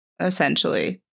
essentially